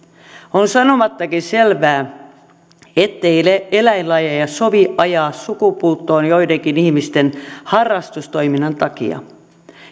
on sanomattakin selvää ettei eläinlajeja sovi ajaa sukupuuttoon joidenkin ihmisten harrastustoiminnan takia